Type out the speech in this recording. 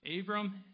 Abram